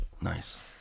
nice